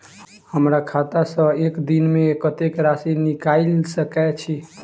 हमरा खाता सऽ एक दिन मे कतेक राशि निकाइल सकै छी